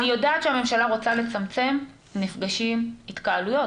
אני יודעת שהממשלה רוצה לצמצם מפגשים והתקהלויות,